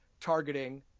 targeting